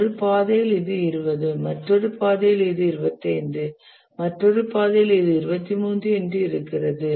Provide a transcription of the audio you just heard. ஒரு பாதையில் இது 20 மற்றொரு பாதையில் இது 25 மற்றொரு பாதையில் இது 23 என்று இருக்கிறது